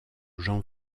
jean